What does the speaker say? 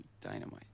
dynamite